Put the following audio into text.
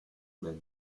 belle